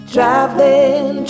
Traveling